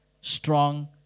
strong